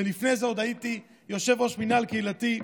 ולפני זה עוד הייתי יושב-ראש מינהל קהילתי,